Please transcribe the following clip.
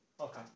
Okay